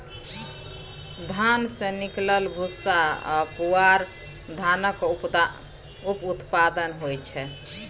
धान सँ निकलल भूस्सा आ पुआर धानक उप उत्पाद होइ छै